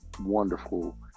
wonderful